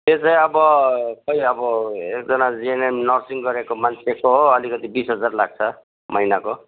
त्यो चाहिँ अब खोई अब एकजना जिएनएम नर्सिङ गरेको मान्छेको हो अलिकति बिस हजार लाग्छ महिनाको